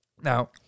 Now